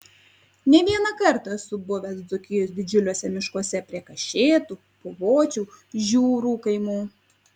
ne vieną kartą esu buvęs dzūkijos didžiuliuose miškuose prie kašėtų puvočių žiūrų kaimų